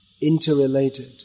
interrelated